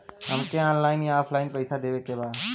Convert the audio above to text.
हमके ऑनलाइन या ऑफलाइन पैसा देवे के बा?